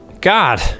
God